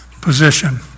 position